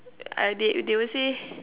uh they they would say